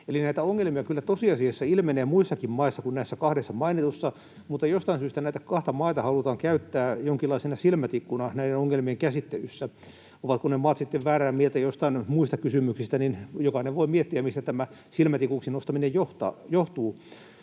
näitä ongelmia kyllä tosiasiassa ilmenee muissakin maissa kuin näissä kahdessa mainitussa, mutta jostain syystä näitä kahta maata halutaan käyttää jonkinlaisena silmätikkuna näiden ongelmien käsittelyssä. Ovatko ne maat sitten väärää mieltä joistain muista kysymyksistä, niin sitä jokainen voi miettiä, mistä tämä silmätikuksi nostaminen johtuu